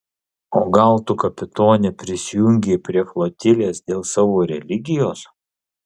o gal tu kapitone prisijungei prie flotilės dėl savo religijos